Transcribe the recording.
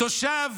תושב